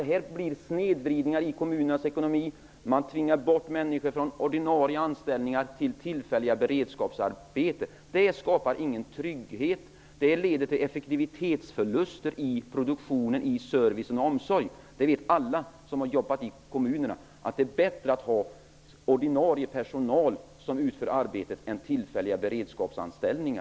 Det blir snedvridningar i kommunernas ekonomi. Man tvingar bort människor från ordinarie anställningar till tillfälliga beredskapsarbeten. Det skapar ingen trygghet. Det leder till effektivitetsförluster i produktionen, i servicen och i omsorgen. Alla som har jobbat i kommunerna vet att det är bättre att ha ordinarie personal som utför arbetet än tillfälliga beredskapsanställda.